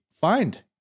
find